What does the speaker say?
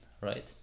right